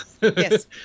Yes